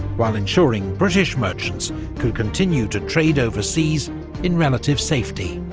while ensuring british merchants could continue to trade overseas in relative safety.